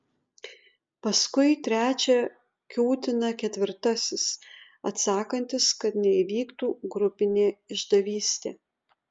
paskui trečią kiūtina ketvirtasis atsakantis kad neįvyktų grupinė išdavystė